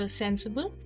sensible